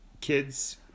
kids